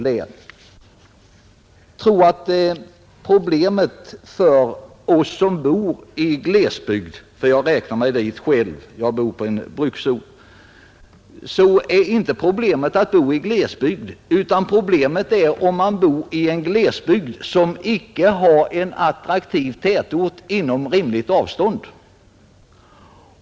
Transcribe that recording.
Jag tror att problemet för oss som bor i glesbygd — jag räknar mig själv dit; jag bor på en bruksort — inte i och för sig är att bo i en glesbygd, utan problemet är att bo i en glesbygd som icke har en attraktiv tätort på rimligt avstånd.